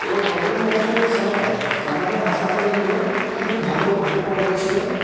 এবং কোভিড নাইন্টিনের সময় আমাদের হাসপাতালগুলো খুবই ভালো উপকারী ছিল